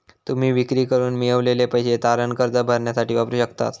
तुम्ही विक्री करून मिळवलेले पैसे तारण कर्ज भरण्यासाठी वापरू शकतास